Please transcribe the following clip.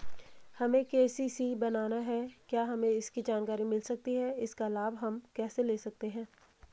हमें के.सी.सी बनाना है क्या हमें इसकी जानकारी मिल सकती है इसका लाभ हम कैसे ले सकते हैं?